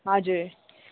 हजुर